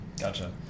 Gotcha